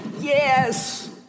yes